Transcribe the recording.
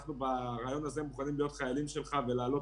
אנחנו ברעיון הזה מוכנים להיות חיילים שלך ולהעלות